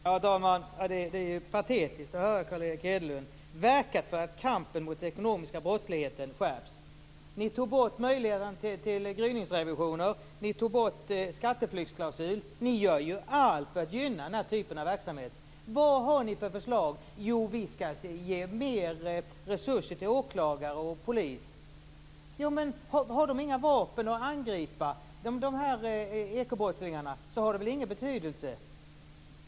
Herr talman! Det är patetiskt att höra Carl Erik Hedlund när han säger att Moderaterna verkar för att kampen mot den ekonomiska brottsligheten skärps. Ni tog bort möjligheten till gryningsrevisioner. Ni tog bort skatteflyktsklausulen. Ni gör ju allt för att gynna den här typen av verksamhet. Vad har ni för förslag? Jo, ni säger att ni skall ge mer resurser till åklagare och polis. Om de inte har några vapen att angripa ekobrottslingarna med, har det väl ingen betydelse.